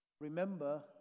remember